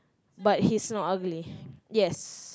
but he's not ugly yes